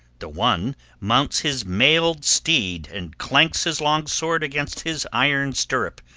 the one mounts his mailed steed and clanks his long sword against his iron stirrup,